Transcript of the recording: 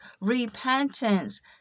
repentance